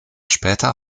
später